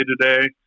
today